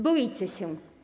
Boicie się.